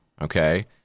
okay